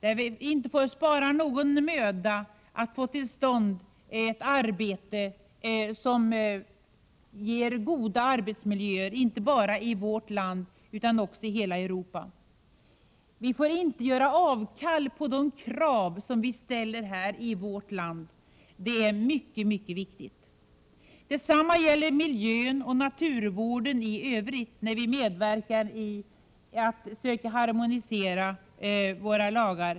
Vi får inte spara någon möda när det gäller att få till stånd goda arbetsmiljöer inte bara i vårt land utan i hela Europa. Vi får inte göra avkall på de krav som vi ställer här i vårt land. Det är mycket viktigt. Detsamma gäller miljö och naturvård i Övrigt, när vi medverkar i att söka harmonisera våra lagar.